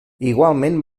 igualment